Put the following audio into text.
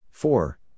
Four